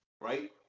Right